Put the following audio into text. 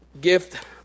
gift